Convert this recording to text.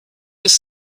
have